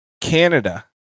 Canada